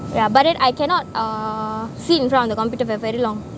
yeah but it I cannot uh sit in front of the computer for very long